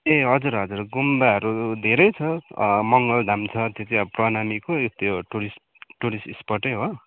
ए हजुर हजुर गुम्बाहरू धेरै छ मङ्गल धाम छ त्यो चाहिँ अब प्रणामीको त्यो टुरिस्ट टुरिस्ट स्पोट हो